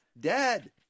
Dead